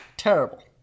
Terrible